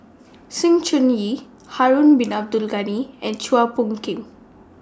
Sng Choon Yee Harun Bin Abdul Ghani and Chua Phung Kim